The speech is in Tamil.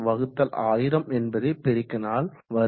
41000என்பதை பெருக்கினால் வரும்